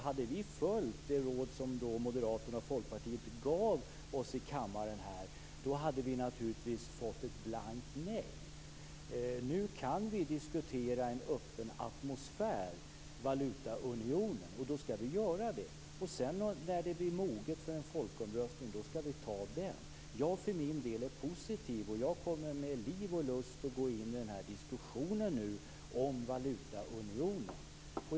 Hade vi följt det råd som Moderaterna och Folkpartiet gav oss i kammaren, hade Sverige fått ett blankt nej. Nu kan vi diskutera valutaunionen i en öppen atmosfär. När sedan frågan blir mogen för folkomröstning skall den genomföras. Jag är positiv, och jag kommer att med liv och lust gå in i diskussionen om valutaunionen.